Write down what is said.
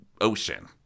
ocean